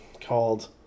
called